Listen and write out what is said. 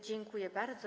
Dziękuję bardzo.